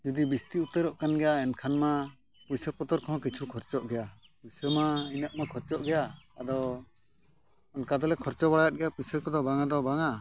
ᱡᱩᱫᱤ ᱵᱤᱥᱛᱤ ᱩᱛᱟᱹᱨᱚᱜ ᱠᱟᱱ ᱜᱮᱭᱟ ᱮᱱᱠᱷᱟᱱ ᱢᱟ ᱯᱩᱭᱥᱟᱹ ᱯᱚᱛᱨᱚ ᱠᱚᱦᱚᱸ ᱠᱤᱪᱷᱩ ᱠᱷᱚᱨᱪᱟᱜ ᱜᱮᱭᱟ ᱯᱩᱭᱥᱟᱹ ᱢᱟ ᱤᱱᱟᱹᱜ ᱢᱟ ᱠᱷᱚᱨᱪᱟᱜ ᱜᱮᱭᱟ ᱟᱫᱚ ᱚᱱᱠᱟ ᱫᱚᱞᱮ ᱠᱷᱚᱨᱪᱟ ᱵᱟᱲᱟᱭᱮᱫ ᱜᱮᱭᱟ ᱯᱩᱭᱥᱟᱹ ᱠᱚᱫᱚ ᱵᱟᱝ ᱫᱚ ᱵᱟᱝᱟ